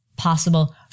possible